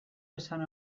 esan